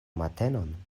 matenon